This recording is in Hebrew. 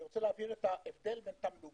אני רוצה להבהיר את ההבדל בין תמלוגים,